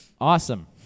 Awesome